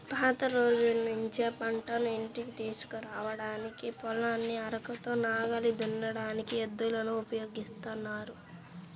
పాత రోజుల్నుంచే పంటను ఇంటికి తీసుకురాడానికి, పొలాన్ని అరకతో నాగలి దున్నడానికి ఎద్దులను ఉపయోగిత్తన్నారు